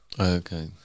Okay